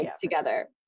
together